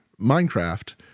Minecraft